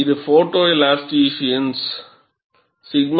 இது photoelasticians Photoelasticians